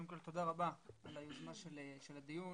קודם כל תודה רבה על היוזמה לקיום הדיון.